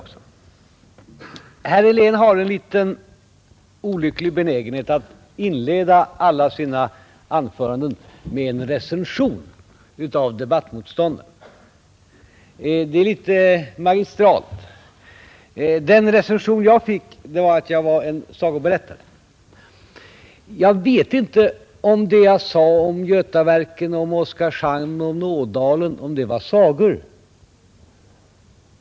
Herr Helén har en litet olycklig benägenhet att inleda alla sina anföranden med en recension av debattmotståndaren. Det är litet magistralt. Den recension som jag fick innebar att jag var en sagoberättare. Jag vet inte huruvida det jag sade om Götaverken, om Oskarshamn och om Ådalen var sagor.